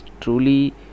truly